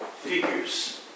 figures